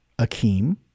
Akeem